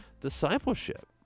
discipleship